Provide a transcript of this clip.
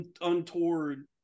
untoward